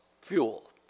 fuel